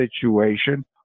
situation